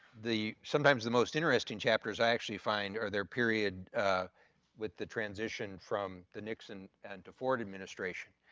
the sometimes the most interesting chapters i actually find are their period with the transition from the nixon and to ford administration.